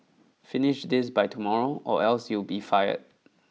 finish this by tomorrow or else you'll be fired